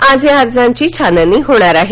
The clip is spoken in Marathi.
आज या अर्जांची छाननी होणार आहे